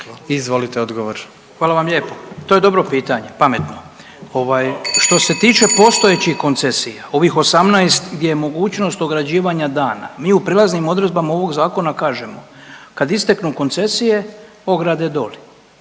Oleg (HDZ)** Hvala vam lijepo. To je dobro pitanje, pametno. Ovaj, što se tiče postojećih koncesija, ovih 18 gdje je mogućnost ograđivana dana, mi u prijelaznim odredbama ovog zakona kažemo, kad isteknu koncesije ograde doli,